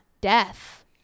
death